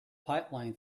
pipeline